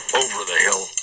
over-the-hill